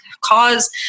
cause